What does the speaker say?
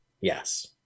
yes